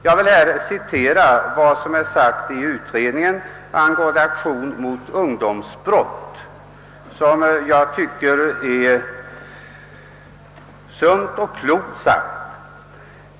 Jag vill här citera ett uttalande av utredningen angående aktion mot ungdomsbrott, ett uttalande som jag tycker är sunt och klokt.